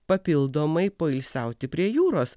papildomai poilsiauti prie jūros